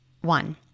One